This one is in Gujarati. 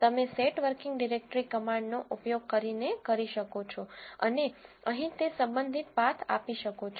તમે સેટ વર્કિંગ ડિરેક્ટરી કમાન્ડ નો ઉપયોગ કરીને કરી શકો છો અને અહીં તે સંબંધિત પાથ આપી શકો છો